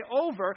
over